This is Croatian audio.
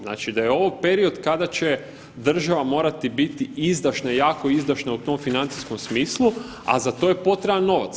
Znači da je ovo period kada će država morati biti izdašna, jako izdašna u tom financijskom smislu, a za to je potreban novac.